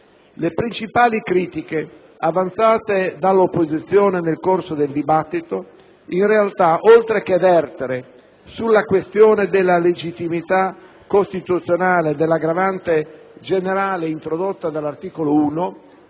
Le principali critiche avanzate dall'opposizione nel corso del dibattito in realtà, oltre che vertere sulla questione della legittimità costituzionale dell'aggravante generale introdotta dall'articolo 1,